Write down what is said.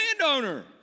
landowner